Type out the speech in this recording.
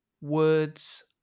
words